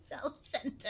self-centered